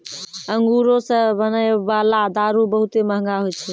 अंगूरो से बनै बाला दारू बहुते मंहगा होय छै